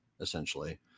essentially